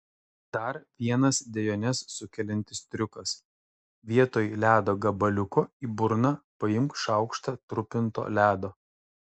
dar vienas dejones sukeliantis triukas vietoj ledo gabaliuko į burną paimk šaukštą trupinto ledo